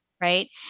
right